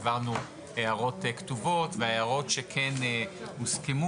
העברנו הערות כתובות, וההערות שכן הוסכמו